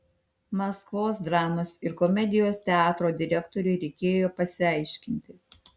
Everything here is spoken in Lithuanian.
maskvos dramos ir komedijos teatro direktoriui reikėjo pasiaiškinti